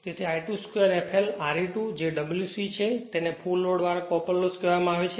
તેથી I2 2 fl Re2 જે Wc છે તેને ફુલ લોડ વાળા કોપર લોસ કહેવામાં આવે છે